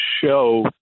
show